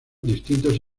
distintos